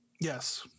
Yes